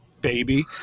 baby